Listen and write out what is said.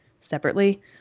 separately